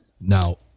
Now